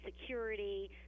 security